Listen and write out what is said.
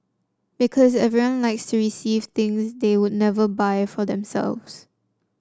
because everyone likes to receive things that they would never buy for themselves